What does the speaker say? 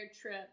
trip